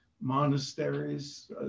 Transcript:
monasteries